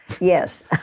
Yes